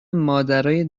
مادرای